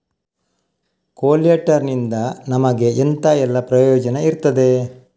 ಕೊಲ್ಯಟರ್ ನಿಂದ ನಮಗೆ ಎಂತ ಎಲ್ಲಾ ಪ್ರಯೋಜನ ಇರ್ತದೆ?